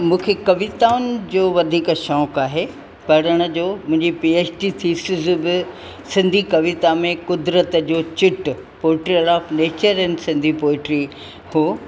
मूंखे कविताउनि जो वधीक शौक़ु आहे पढ़ण जो मुंहिंजी पी एच डी थी चुकी सिंधी कविता में क़ुदरत जो चिटु portrait of nature in Sindhi poetry हो